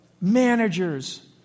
managers